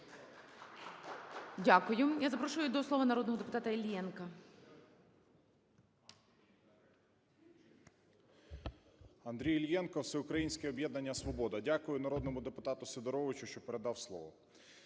Дякую. Я запрошую до слова народного депутата Іллєнка. 13:32:25 ІЛЛЄНКО А.Ю. Андрій Іллєнко, Всеукраїнське об'єднання "Свобода". Дякую народному депутату Сидоровичу, що передав слово.